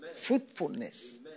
Fruitfulness